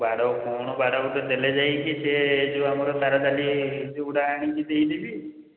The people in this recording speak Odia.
ବାଡ଼ କ'ଣ ବାଡ଼ ଗୋଟେ ଦେଲେ ଯାଇକି ସେ ଯେଉଁ ଆମର ତା'ର ଜାଲିଗୁଡ଼ା ଆଣିଛି ଦେଇଦେବି